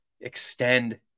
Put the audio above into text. extend